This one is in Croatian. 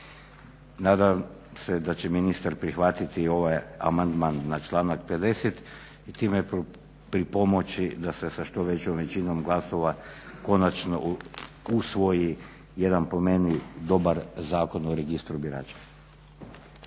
Nadam se da će ministar prihvatiti ovaj amandman na članak 50. I time pripomoći da se sa što većom većinom glasova konačno usvoji jedan po meni dobar Zakon o registru birača.